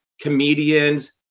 comedians